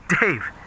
Dave